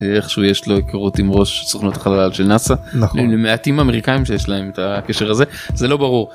איך שהוא יש לו היכרות עם ראש סוכנות חלל של נאס"א נכון למעטים אמריקאים שיש להם את הקשר הזה זה לא ברור.